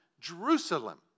Jerusalem